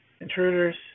intruders